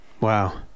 Wow